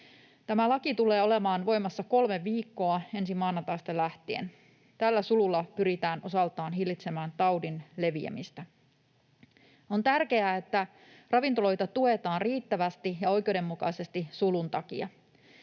Tämä laki tulee olemaan voimassa kolme viikkoa ensi maanantaista lähtien. Tällä sululla pyritään osaltaan hillitsemään taudin leviämistä. On tärkeää, että ravintoloita tuetaan riittävästi ja oikeudenmukaisesti sulun takia.